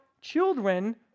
children